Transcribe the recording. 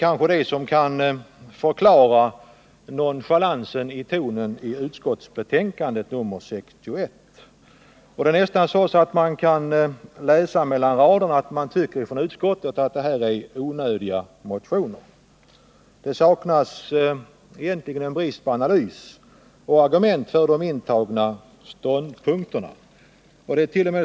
Kanske kan det förklara den nonchalanta tonen i näringsutskottets betänkande 61. Man kan nästan läsa mellan raderna att utskottet tycker att motionerna är onödiga, att det egentligen saknas analys och argument för de intagna ståndpunkterna.